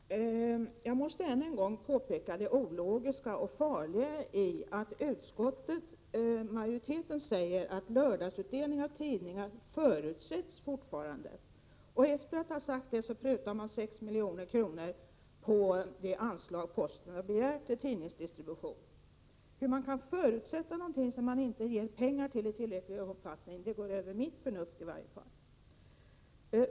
Herr talman! Jag måste än en gång påpeka det ologiska och farliga i att utskottsmajoriteten skriver att lördagsutdelning av tidningar fortfarande förutsätts. Efter att ha framhållit detta prutas det 6 milj.kr. på det anslag som posten har begärt för tidningsdistribution. Att man kan förutsätta någonting som det inte ges tillräckligt med pengar till överstiger i varje fall mitt förstånd.